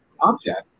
object